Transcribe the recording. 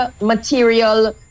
material